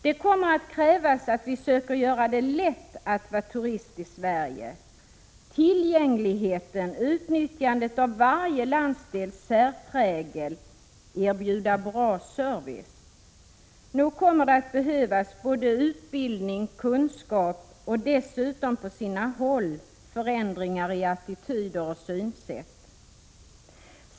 Det kommer att krävas att vi söker göra det lätt att vara turist i Sverige: tillgängligheten, utnyttjandet av varje landsdels särprägel, erbjuda bra service. Nog kommer det att behövas både utbildning och kunskap och dessutom på sina håll förändringar i attityder och synsätt.